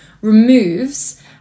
removes